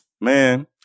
Man